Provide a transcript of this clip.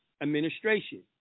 Administration